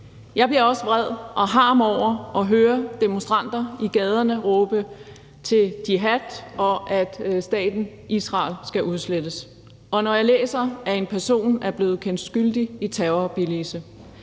Jeg bliver også vred og harm over at høre demonstranter i gaderne råbe til jihad, og at staten Israel skal udslettes, og når jeg læser, at en person er blevet kendt skyldig i terrorbilligelse.